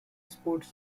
sports